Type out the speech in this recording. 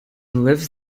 lives